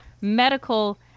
medical